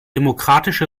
demokratische